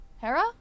Hera